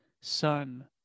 Son